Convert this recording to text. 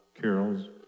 carols